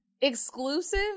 exclusive